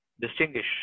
distinguish